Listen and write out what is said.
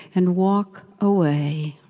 and walk away.